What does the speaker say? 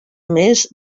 més